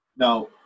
Now